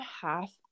half